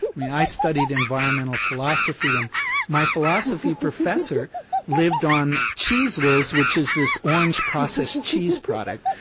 i mean, i studied environmental philosophy and my philosophy professor lived on cheese whiz, which is this orange processed cheese product,